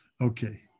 Okay